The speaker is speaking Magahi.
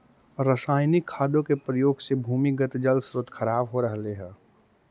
रसायनिक खादों के प्रयोग से भूमिगत जल स्रोत खराब हो रहलइ हे